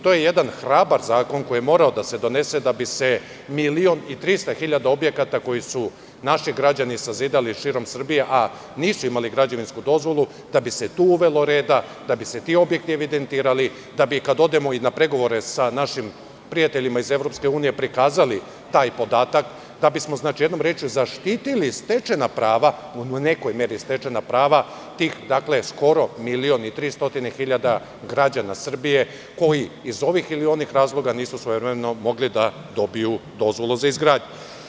To je jedan hrabar zakon koji je morao da se donese da bi se 1.300.000 objekata koji su naši građani sazidali širom Srbije, a nisu imali građevinsku dozvolu, da bi se tu uvelo reda, da bi se ti objekti evidentirali, da bi kada odemo na pregovore sa našim prijateljima iz EU, prikazali taj podatak, da bi smo jednom rečju, zaštitili stečena prava, u nekoj meri stečena prava tih skoro 1.300.000 građana Srbije, koji iz ovih ili onih razloga nisu svojevremeno mogli da dobiju dozvolu za izgradnju.